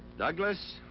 douglas,